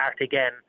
again